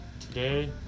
today